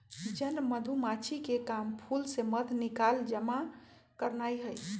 जन मधूमाछिके काम फूल से मध निकाल जमा करनाए हइ